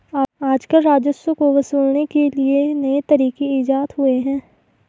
आजकल राजस्व को वसूलने के बहुत से नये तरीक इजात हुए हैं